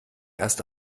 erste